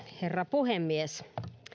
herra puhemies